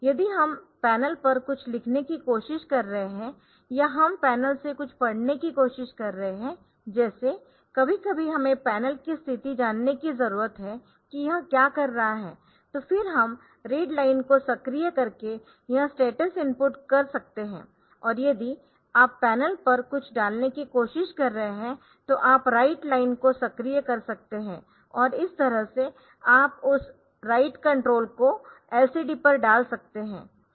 यदि हम पैनल पर कुछ लिखने की कोशिश कर रहे है या हम पैनल से कुछ पढ़ने की कोशिश कर रहे है जैसे कभी कभी हमें पैनल की स्थिति जानने की जरूरत है कि यह क्या कर रहा है तो फिर हम रीड लाइन को सक्रिय करके यह स्टेटस इनपुट कर सकते है और यदि आप पैनल पर कुछ डालने की कोशिश कर रहे है तो आप राइट लाइन को सक्रिय कर सकते है और इस तरह से आप उस राइट कंट्रोल को LCD पर डाल सकते है